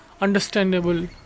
understandable